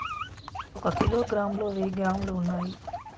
ఒక కిలోగ్రామ్ లో వెయ్యి గ్రాములు ఉన్నాయి